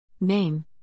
Name